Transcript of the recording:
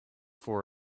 for